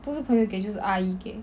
不是朋友给是阿姨给